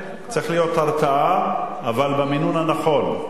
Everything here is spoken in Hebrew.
צריכה להיות הרתעה אבל במינון הנכון,